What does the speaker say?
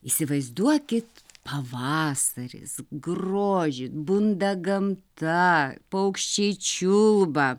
įsivaizduokit pavasaris grožį bunda gamta paukščiai čiulba